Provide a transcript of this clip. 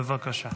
בבקשה.